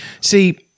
See